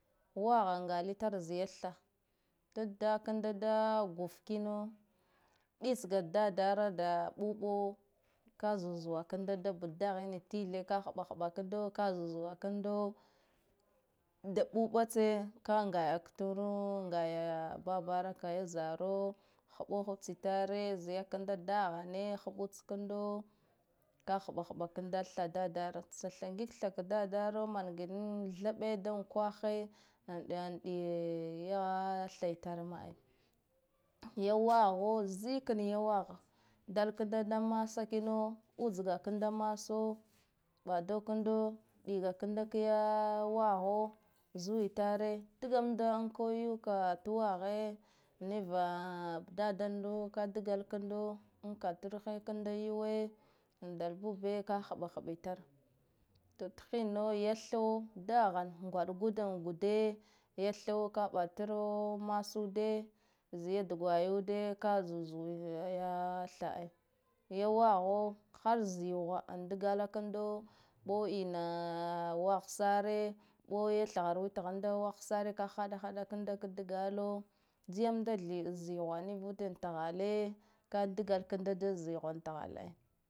Waho ngalitare za ya thaa dadakar da guf kino bits dadara da ɓuɓo ka kla zuzuwa kanda da bdahine tithe ka hɓahɓa kanda zuzuwa kando da uɓatse ka ngayah ktundo ngaya babara ka ya zaro hɓuhɓa tsitare zai kanda dahane hɓutskando, ka hɓa hɓa kanda tha dadaro tsa ngig tha ka dadaro manga yin thaɓɓe da nkwahe ar ɗa ɗiya tha tar ai, ya waho zikne ya waho dal kanda masa kino utsga kanda maso ɓado kando ɗiga kando kaya waho zu itare dga mda nko yuwu ka tuwa he, niva da donda ka dgak kando nkatraka kanda yuwe ndal bube ka haɓahaɓa tar to thinna ya tha dahan ngwa ɗgude gude ya tho ɓatro masude zai dugwayude ka zuzuwa ya tha ya ai, waho hal ziwa dgala kando ɓo ina wahsare boya thhar withando wahsare ka haɗa haɗa kanda dgala jiyam da ziwa nivude thale kadga kanda da zihwan thal ai.